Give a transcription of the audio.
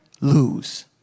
lose